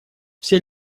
все